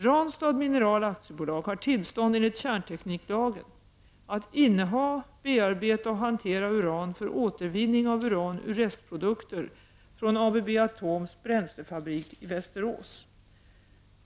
Ranstad Mineral AB har tillstånd enligt kärntekniklagen att inneha, bearbeta och hantera uran för återvinning av uran ur restprodukter från ABB Atoms bränslefabrik i Västerås.